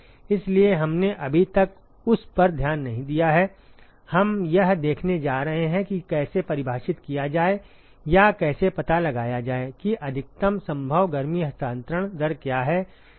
इसलिए हमने अभी तक उस पर ध्यान नहीं दिया है हम यह देखने जा रहे हैं कि कैसे परिभाषित किया जाए या कैसे पता लगाया जाए कि अधिकतम संभव गर्मी हस्तांतरण दर क्या है